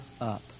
up